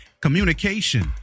communication